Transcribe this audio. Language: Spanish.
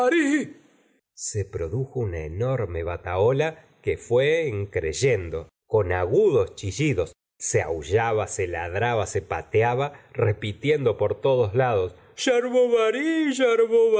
se produjo una enorme batahola que fué en crescendo con agudos chillidos se aullaba se ladraba se pateaba repitiendo por todos lados